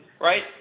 right